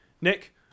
Nick